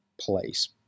place